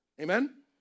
amen